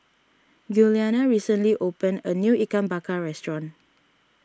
Giuliana recently opened a new Ikan Bakar restaurant